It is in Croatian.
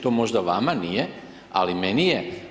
To možda vama nije, ali meni je.